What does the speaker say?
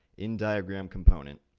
in diagram component,